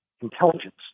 intelligence